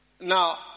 Now